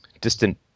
distant